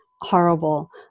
horrible